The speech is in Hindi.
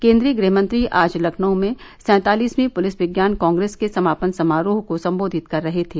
केंद्रीय गृह मंत्री आज लखनऊ में सैंतालिसवीं पुलिस विज्ञान कांग्रेस के समापन समारोह को संबोधित कर रहे थे